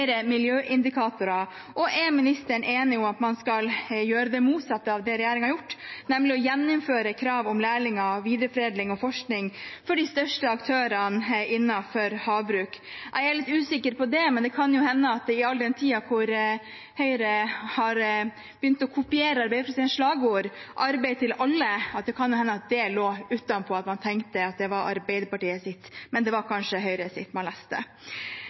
miljøindikatorer? Og er ministeren enig i at man skal gjøre det motsatte av det regjeringen har gjort, nemlig å gjeninnføre kravet om lærlinger, videreforedling og forskning for de største aktørene innenfor havbruk? Jeg er litt usikker på det. Men det kan jo hende, all den tid Høyre har begynt å kopiere Arbeiderpartiets slagord, «Arbeid til alle», at det lå utenpå, at man tenkte at det var Arbeiderpartiets program man leste, men det var kanskje Høyre sitt.